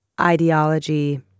ideology